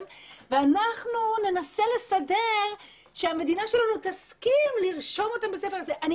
ואנחנו ננסה לסדר שהמדינה שלנו תסכים לרשום אותם בספר ה באמת,